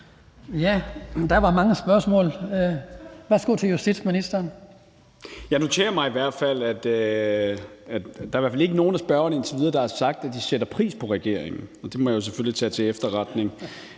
Justitsministeren (Peter Hummelgaard): Jeg noterer mig hvert fald, at der indtil videre ikke er nogen af spørgerne, der har sagt, at de sætter pris på regeringen. Det må jeg jo selvfølgelig tage til efterretning.